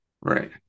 Right